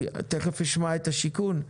תיכף אני אשמע את משרד השיכון.